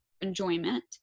enjoyment